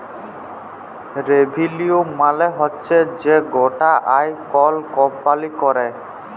revenue মালে হচ্যে যে গটা আয় কল কম্পালি ক্যরে